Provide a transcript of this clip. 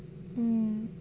mm